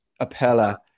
appella